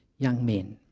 young men